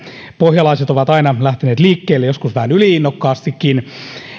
pohjalaiset ovat aina lähteneet liikkeelle joskus vähän yli innokkaastikin